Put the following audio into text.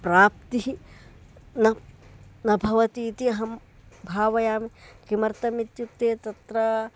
प्राप्तिः न न भवति इति अहं भावयामि किमर्थमित्युक्ते तत्र